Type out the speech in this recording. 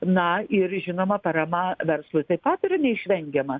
na ir žinoma parama verslui taip pat yra neišvengiama